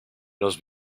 los